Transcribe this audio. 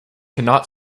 cannot